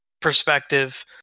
perspective